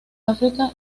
áfrica